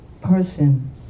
person